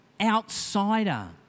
outsider